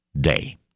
day